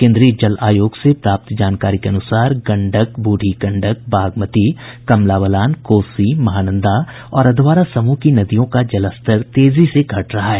केन्द्रीय जल आयोग से प्राप्त जानकारी के अनुसार गंडक बूढ़ी गंडक बागमती कमला बलान कोसी महानंदा और अधवारा समूह की नदियों का जलस्तर तेजी से घट रहा है